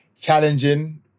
challenging